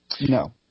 No